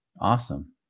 Awesome